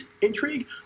intrigue